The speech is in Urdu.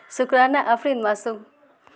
شکرانہ آفرین معصوم